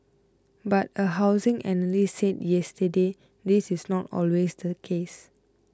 but a housing analyst said yesterday this is not always the case